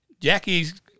Jackie's